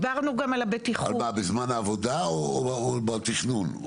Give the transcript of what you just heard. בזמן העבודה או בתכנון?